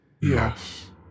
Yes